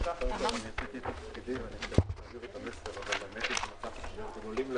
בשעה 10:12.